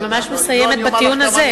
אני ממש מסיימת בטיעון הזה.